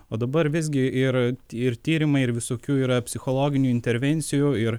o dabar visgi ir ir tyrimai ir visokių yra psichologinių intervencijų ir